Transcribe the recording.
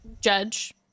judge